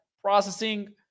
processing